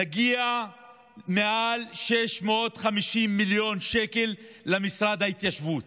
נגיע למעל ל-650 מיליון שקל למשרד ההתיישבות.